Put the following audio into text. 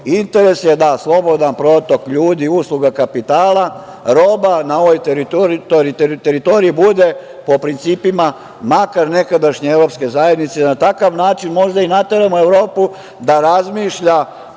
interes je da slobodan protok ljudi, usluga kapitala, roba na ovoj teritoriji bude po principima makar nekadašnje evropske zajednice i na takav način možda i nateramo Evropu da razmišlja